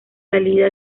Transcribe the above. salida